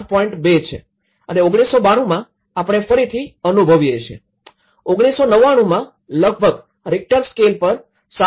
૨ છે અને ૧૯૯૨માં આપણે ફરીથી અનુભવીએ છીએ ૧૯૯૯માં લગભગ રિક્ટર સ્કેલ પર ૭